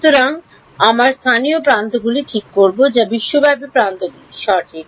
সুতরাং আমরা স্থানীয় প্রান্তগুলি ঠিক করব যা বিশ্বব্যাপী প্রান্তগুলি সঠিক